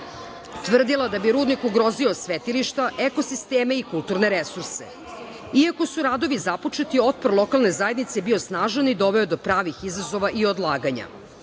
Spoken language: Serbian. tvrdila da bi rudnik ugrozio svetilišta, ekosisteme i kulturne resurse. iako su radovi započeti, otpor lokalne zajednice je bio snažan i doveo je do pravih izazova i odlaganja.„Sonara“